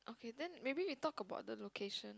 okay then maybe we talk about the location